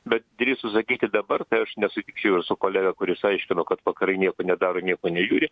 bet drįstu sakyti dabar tai aš nesutikčiau su kolega kuris aiškino kad vakarai nieko nedaro nieko nežiūri